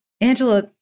Angela